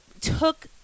took